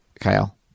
Kyle